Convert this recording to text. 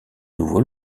nouveau